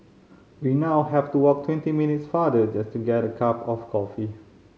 we now have to walk twenty minutes farther just to get a cup of coffee